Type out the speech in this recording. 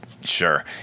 sure